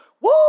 Woo